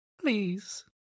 please